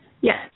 Yes